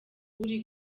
uri